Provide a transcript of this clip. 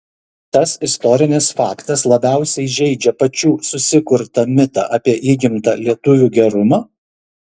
tas istorinis faktas labiausiai žeidžia pačių susikurtą mitą apie įgimtą lietuvių gerumą